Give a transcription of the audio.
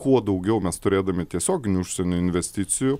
kuo daugiau mes turėdami tiesioginių užsienio investicijų